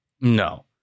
No